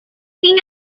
fin